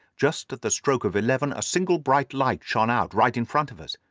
just at the stroke of eleven, a single bright light shone out right in front of us.